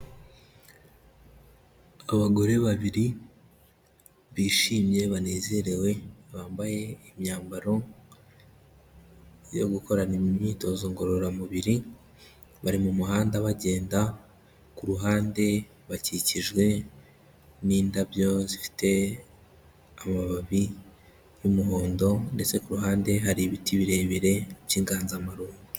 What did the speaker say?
Abagore babiri bishimye banezerewe bambaye imyambaro yo gukorana imyitozo ngororamubiri, bari mu muhanda bagenda, kuruhande bakikijwe n'indabyo zifite amababi y'umuhondo ndetse kuruhande hari ibiti birebire by'inganzamarumbo.